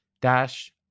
dash